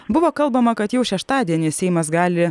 buvo kalbama kad jau šeštadienį seimas gali